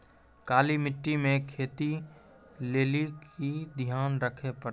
काली मिट्टी मे खेती लेली की ध्यान रखे परतै?